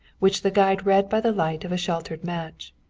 which the guide read by the light of a sheltered match.